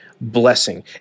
blessing